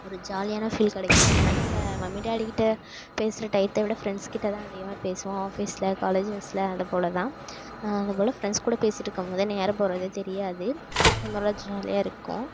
ஒரு ஜாலியான ஃபீல் கிடைக்கும் ஏன்னா நம்ப மம்மி டாடிக்கிட்ட பேசுகிற டையத்தை விட ஃப்ரெண்ட்ஸ் கிட்ட தான் அதிகமாக பேசுவோம் ஆஃபீஸில் காலேஜஸில் அதை போல் தான் அதை போல் ஃப்ரெண்ட்ஸ் கூட பேசிகிட்டு இருக்கும் போது தான் நேரம் போகறதே தெரியாது அது நல்லா ஜாலியாக இருக்கும்